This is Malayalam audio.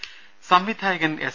രുഭ സംവിധായകൻ എസ്